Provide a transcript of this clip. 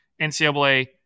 NCAA